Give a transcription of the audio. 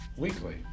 Weekly